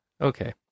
Okay